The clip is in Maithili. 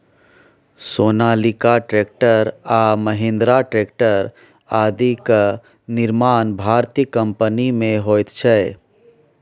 सोनालिका ट्रेक्टर आ महिन्द्रा ट्रेक्टर आदिक निर्माण भारतीय कम्पनीमे होइत छै